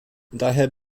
daher